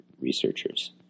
researchers